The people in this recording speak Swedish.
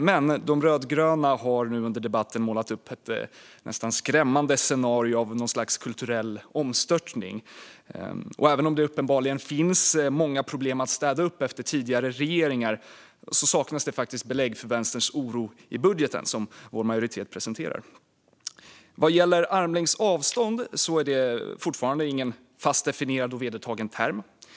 Men de rödgröna har nu under debatten målat upp ett nästan skrämmande scenario av något slags kulturell omstörtning. Men även om det uppenbarligen finns många problem att städa upp efter tidigare regering saknas det faktiskt belägg för vänsterns oro i den budget som vår majoritet presenterar. Armlängds avstånd är fortfarande ingen fast definierad och vedertagen term.